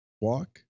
walk